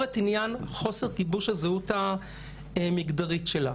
את עניין חוסר גיבוש הזהות המגדרית שלה.